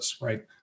right